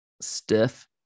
stiff